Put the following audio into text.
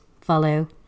follow